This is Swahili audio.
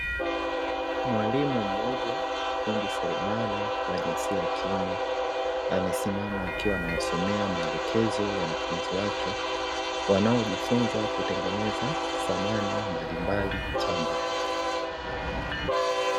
Mwalimu mmoja fundi seremala wa jinsia ya kiume, amesimama akiwa ana wasomea maelekezo wanafunzi wake, wanaojifunza kutengeneza samani mbalimbali za mbao.